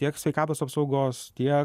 tiek sveikatos apsaugos tiek